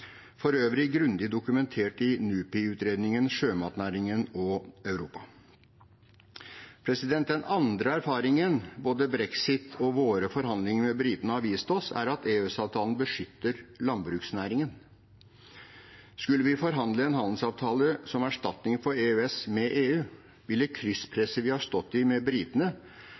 for øvrig grundig dokumentert i NUPI-utredningen Sjømatnæringen og Europa. Den andre erfaringen både brexit og våre forhandlinger med britene har vist oss, er at EØS-avtalen beskytter landbruksnæringen. Skulle vi forhandle en handelsavtale som erstatning for EØS med EU, ville krysspresset vi har stått i med britene